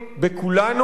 בכולנו.